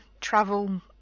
travel